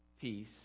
peace